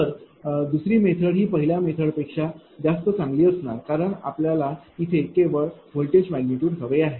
तर दुसरी मेथड ही पहिल्या मेथडपेक्षा जास्त चांगली असणार कारण आपल्याला इथे केवळ व्होल्टेज मॅग्निट्यूड हवे आहे